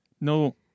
no